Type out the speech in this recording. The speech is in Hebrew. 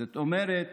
זאת אומרת,